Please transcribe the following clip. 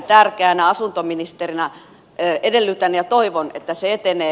asuntoministerinä edellytän ja toivon että se etenee